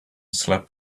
slept